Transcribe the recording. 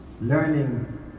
Learning